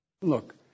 Look